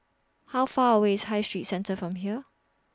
How Far away IS High Street Centre from here